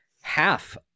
half